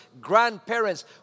grandparents